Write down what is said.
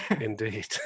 Indeed